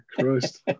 Christ